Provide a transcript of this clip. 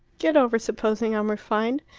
get over supposing i'm refined.